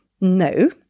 no